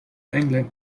england